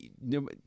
no